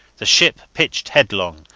the ship pitched headlong,